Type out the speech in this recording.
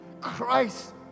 Christ